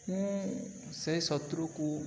ମୁଁ ସେ ଶତ୍ରୁକୁ